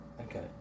Okay